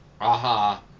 Aha